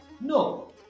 No